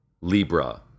Libra